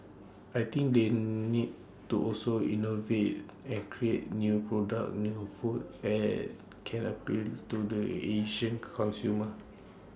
I think they need to also innovate and create new products new food that can appeal to the Asian consumers